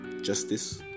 justice